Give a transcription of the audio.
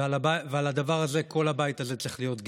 ועל הדבר הזה כל הבית הזה צריך להיות גאה: